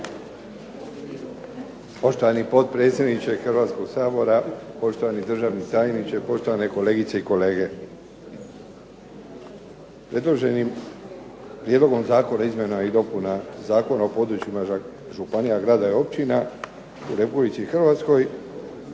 Poštovani potpredsjedniče Hrvatskog sabora, poštovani državni tajniče, poštovane kolegice i kolege. Predloženim prijedlogom Zakona izmjena i dopuna Zakona o područjima županija, gradova i općina u RH ne predlaže